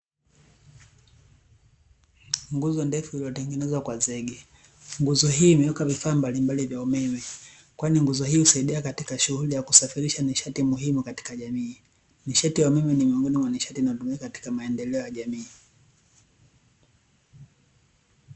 Nguzo ndefu iliyotengenezwa kwa zege. Nguzo hii imewekwa vifaa mbalimbali vya umeme kwani nguzo hii husaidia katika shughuli ya kusafirisha nishati muhimu katika jamii. Nishati ya umeme miongoni mwa nishati inayotumika katika maendeleo ya jamii.